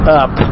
up